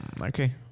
Okay